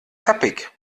tappig